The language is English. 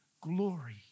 Glory